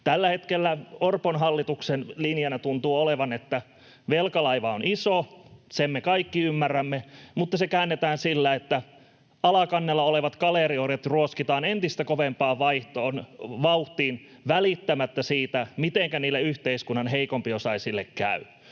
Tällä hetkellä Orpon hallituksen linjana tuntuu olevan, että velkalaiva on iso — sen me kaikki ymmärrämme — mutta se käännetään sillä, että alakannella olevat kaleeriorjat ruoskitaan entistä kovempaan vauhtiin välittämättä siitä, mitenkä niille yhteiskunnan heikompiosaisille käy.